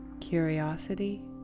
Curiosity